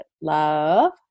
Love